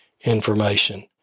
information